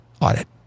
audit